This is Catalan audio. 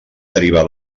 derivar